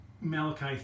Malachi